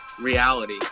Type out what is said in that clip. reality